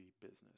business